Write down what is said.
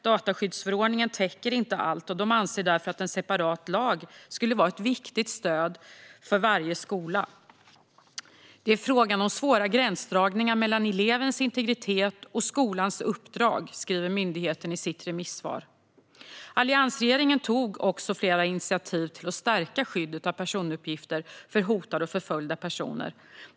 Dataskyddsförordningen täcker inte allt. Den anser därför att en separat lag skulle vara ett viktigt stöd för varje skola. Det är fråga om svåra gränsdragningar mellan elevens integritet och skolans uppdrag, skriver myndigheten i sitt remissvar. Alliansregeringen tog flera initiativ till att stärka skyddet av personuppgifter för hotade och förföljda personer.